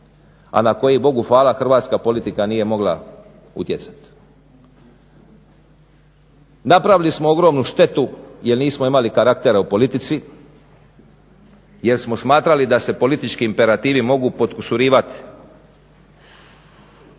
a na koji Bogu hvala hrvatska politika nije mogla utjecat. Napravili smo ogromnu štetu jer nismo imali karaktera u politici jer smo smatrali da se politički imperativi mogu potkusurivat sa